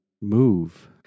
move